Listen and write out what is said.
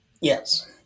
Yes